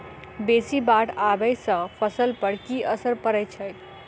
बेसी बाढ़ आबै सँ फसल पर की असर परै छै?